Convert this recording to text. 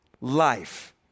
life